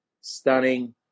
stunning